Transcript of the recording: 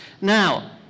Now